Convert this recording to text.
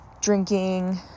drinking